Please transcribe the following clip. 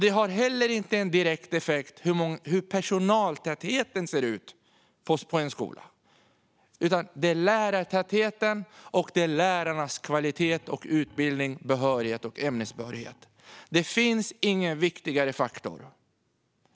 Det har heller ingen direkt effekt hur personaltätheten ser ut på en skola, utan det är lärartätheten samt lärarnas kvalitet, utbildning, behörighet och ämnesbehörighet som spelar roll. Det finns ingen viktigare faktor.